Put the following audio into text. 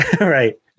Right